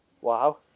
Wow